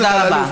תודה רבה.